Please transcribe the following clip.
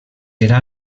era